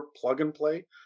plug-and-play